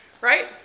Right